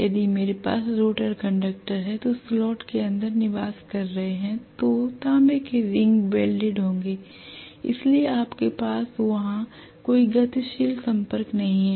यदि मेरे पास रोटर कंडक्टर हैं जो स्लॉट के अंदर निवास कर रहे हैं तो तांबे के रिंग्स वेल्डेड होंगे इसलिए आपके पास वहां कोई गतिशील संपर्क नहीं है